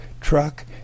truck